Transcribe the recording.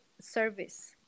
service